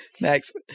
Next